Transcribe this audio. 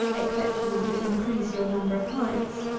except you want to increase your number of hives.